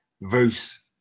verse